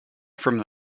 from